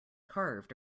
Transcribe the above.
carved